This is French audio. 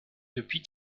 depuis